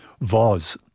Voz